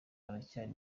haracyari